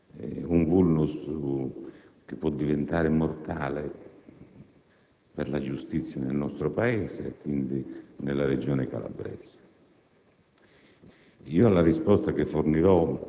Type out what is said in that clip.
rappresentano un *vulnus* che può diventare mortale per la giustizia nel nostro Paese, e quindi nella Regione calabrese.